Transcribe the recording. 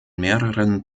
mehreren